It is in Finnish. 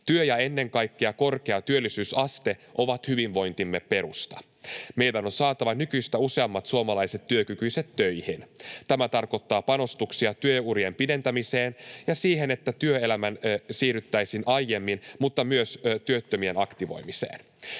Työ ja ennen kaikkea korkea työllisyysaste ovat hyvinvointimme perusta. Meidän on saatava nykyistä useammat suomalaiset työkykyiset töihin. Tämä tarkoittaa panostuksia työurien pidentämiseen ja siihen, että työelämän siirryttäisiin aiemmin, mutta myös työttömien aktivoimista.